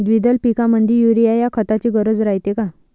द्विदल पिकामंदी युरीया या खताची गरज रायते का?